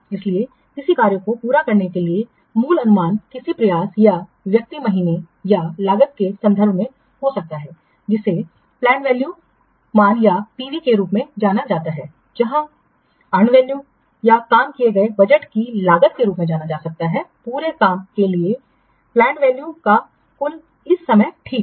इसलिए किसी कार्य को पूरा करने के लिए मूल अनुमान किसी प्रयास या व्यक्ति महीने या लागत के संदर्भ में हो सकता है जिसे पलैंड वैल्यू मान या PV के रूप में जाना जाता है जहां अर्न वैल्यू या काम किए गए बजट की लागत के रूप में माना जा सकता है पूरे काम के लिए पलैंड वैल्यू का कुल इस समय ठीक है